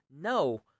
no